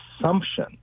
assumption